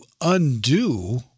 undo